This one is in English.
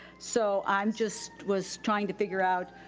so i'm just was trying to figure out